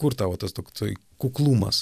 kur tavo tas toksai kuklumas